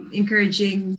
encouraging